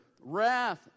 wrath